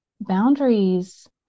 boundaries